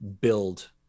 build